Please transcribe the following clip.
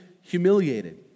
humiliated